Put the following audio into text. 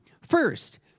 first